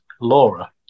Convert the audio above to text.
Laura